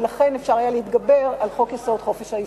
ולכן היה אפשר להתגבר על חוק-יסוד: חופש העיסוק.